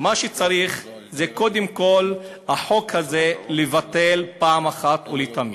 מה שצריך זה את החוק הזה לבטל אחת ולתמיד.